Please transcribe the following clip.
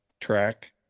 track